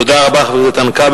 תודה רבה, חבר הכנסת כבל.